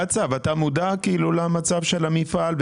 קצב, אתה מודע למצב של המפעל?